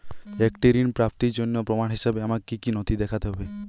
একটি ঋণ প্রাপ্তির জন্য প্রমাণ হিসাবে আমাকে কী কী নথি দেখাতে হবে?